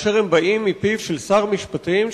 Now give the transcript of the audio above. כאשר הם באים מפיו של שר משפטים,